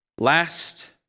Last